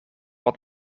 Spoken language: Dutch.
wat